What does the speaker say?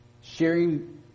sharing